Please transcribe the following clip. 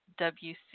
WC